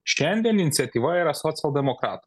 šiandien iniciatyva yra socialdemokratų